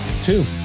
two